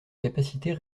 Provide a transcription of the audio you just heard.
capacités